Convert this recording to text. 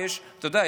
ואתה יודע,